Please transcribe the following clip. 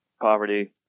poverty